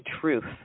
truth